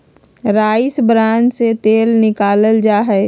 rice bran से तेल निकाल्ल जाहई